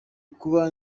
kuba